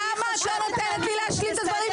למה את לא נותנת לי לדבר?